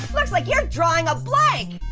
looks like you're drawing a blank.